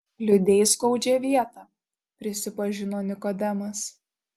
kliudei skaudžią vietą prisipažino nikodemas